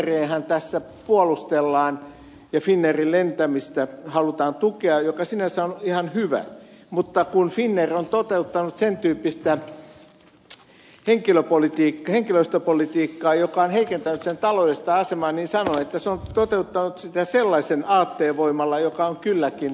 finnairiahan tässä puolustellaan ja finnairin lentämistä halutaan tukea mikä sinänsä on ihan hyvä asia mutta kun finnair on toteuttanut sen tyyppistä henkilöstöpolitiikkaa joka on heikentänyt sen taloudellista asemaa niin sanoin että se on toteuttanut sitä sellaisen aatteen voimalla joka on kylläkin huono aate